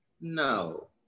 no